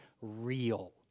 real